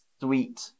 sweet